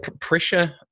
pressure